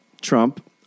Trump